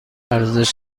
ارزش